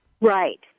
Right